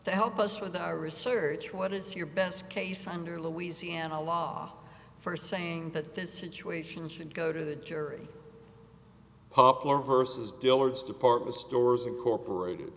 to help us with our research what is your best case under louisiana law first saying that this situation should go to the jury poplar versus dillard's department stores incorporated